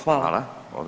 Hvala.